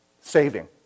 Saving